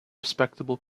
respectable